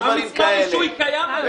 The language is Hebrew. זה קיים היום.